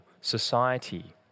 society